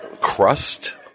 crust